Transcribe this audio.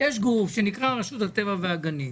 שנקרא רשות הטבע והגנים.